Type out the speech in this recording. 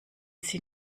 sie